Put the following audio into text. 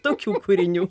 tokių kūrinių